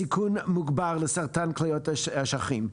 סיכון מוגבר לסרטן כליות ואשכים,